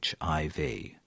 HIV